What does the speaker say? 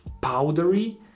powdery